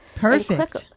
Perfect